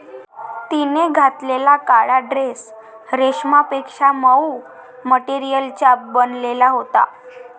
तिने घातलेला काळा ड्रेस रेशमापेक्षा मऊ मटेरियलचा बनलेला होता